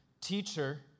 Teacher